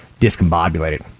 discombobulated